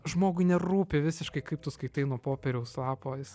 žmogui nerūpi visiškai kaip tu skaitai nuo popieriaus lapo jis